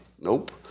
Nope